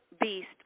beast